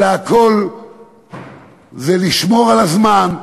אלא הכול זה לשמור על הזמן,